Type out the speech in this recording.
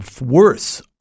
worse